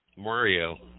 Mario